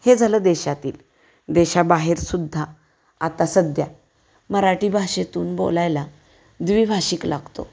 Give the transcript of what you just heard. हे झालं देशातील देशाबाहेर सुद्धा आता सध्या मराठी भाषेतून बोलायला द्विभाषिक लागतो